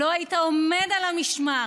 לא היית עומד על המשמר,